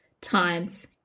times